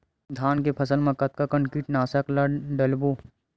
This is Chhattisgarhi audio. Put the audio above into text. धान के फसल मा कतका कन कीटनाशक ला डलबो?